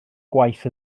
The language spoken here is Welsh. gwaith